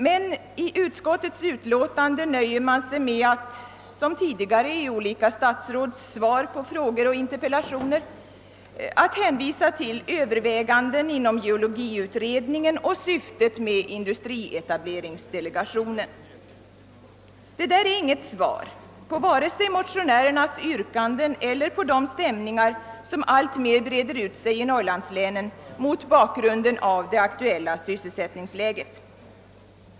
Men i utskottets utlåtande nöjer man sig med att — liksom tidigare i olika statsråds svar på frågor och interpellationer — hänvisa till överväganden inom geologiutredningen och syftet med industrietableringsdelegationen. Detta är varken något svar på motionärernas yrkanden eller något som kan lätta på de stämningar som alltmer breder ut sig i norrlandslänen mot bakgrund av det aktuella sysselsättningsläget.